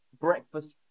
breakfast